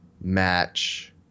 match